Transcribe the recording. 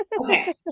Okay